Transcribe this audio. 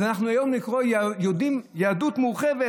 אז אנחנו היום נקרא "יהדות מורחבת".